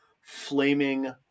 flaming